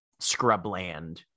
scrubland